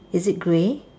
is it grey